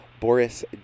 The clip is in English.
Boris